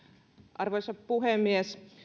arvoisa puhemies